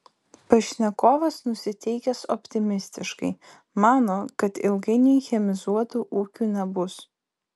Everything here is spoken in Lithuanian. pašnekovas nusiteikęs optimistiškai mano kad ilgainiui chemizuotų ūkių nebus